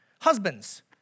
Husbands